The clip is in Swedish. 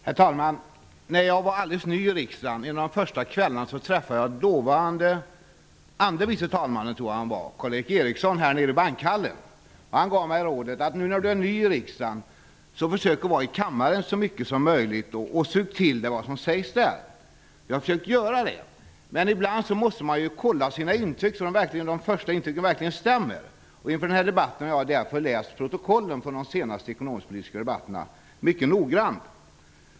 Herr talman! När jag var alldeles ny i riksdagen, en av de första kvällarna, träffade jag dåvarande andre vice talmannen Karl Erik Eriksson här nere i bankhallen. Han gav mig rådet: Nu när du är ny i riksdagen, så försök vara i kammaren så mycket som möjligt och sug till dig vad som sägs där. Jag fick göra det, men ibland måste man kolla sina intryck för att se om de första intrycken verkligen stämmer. Inför den här debatten har jag därför läst protokollen från de senaste ekonomisk-politiska debatterna mycket noggrant.